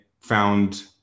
found